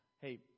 hey